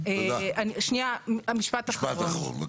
משפט אחרון.